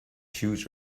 shoes